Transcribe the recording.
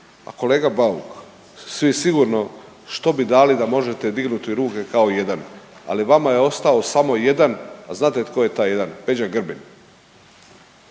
A kolega Bauk jeste vi sigurno što bi dali da možete dignuti ruke kao jedan, ali vama je ostao samo jedan, a znate tko je taj jedan, Peđa Grbin.